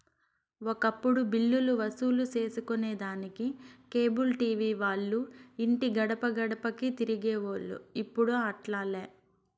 ఒకప్పుడు బిల్లులు వసూలు సేసుకొనేదానికి కేబుల్ టీవీ వాల్లు ఇంటి గడపగడపకీ తిరిగేవోల్లు, ఇప్పుడు అట్లాలే